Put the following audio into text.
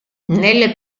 nelle